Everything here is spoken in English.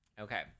Okay